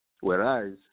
Whereas